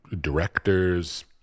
directors